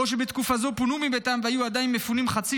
או שבתקופה זו פונו מביתם והיו עדיין מפונים חצי